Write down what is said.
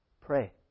Pray